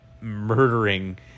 murdering